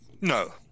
No